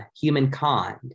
humankind